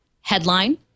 headline